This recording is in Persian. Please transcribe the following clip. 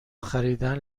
خریدن